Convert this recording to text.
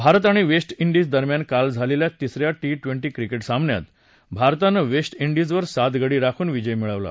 भारत आणि वेस्ट इंडीजदरम्यान काल झालेल्या तिसऱ्या टी ट्वेन्टी क्रिकेट सामन्यात भारतानं वेस्ट इंडीजवर सात गडी राखून विजय मिळवला